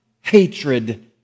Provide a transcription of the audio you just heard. hatred